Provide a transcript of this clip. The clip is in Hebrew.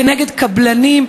כנגד קבלנים.